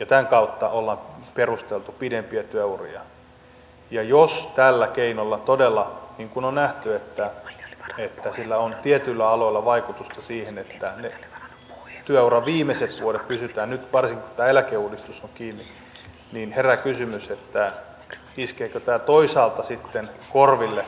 ja tämän kautta ollaan perusteltu pidempiä työuria niin jos tällä keinolla todella niin kuin on nähty on tietyillä aloilla vaikutusta siihen että ne työuran viimeiset vuodet pysytään nyt varsinkin kun tämä eläkeuudistus on kiinni niin herää kysymys että iskee ja toisaalta sitten korville